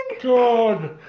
God